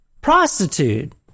prostitute